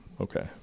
Okay